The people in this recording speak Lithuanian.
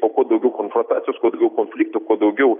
o kuo daugiau konfrotacijos kuo daugiau konfliktų kuo daugiau